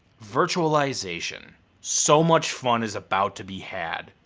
virtualization. so much fun is about to be had.